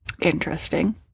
Interesting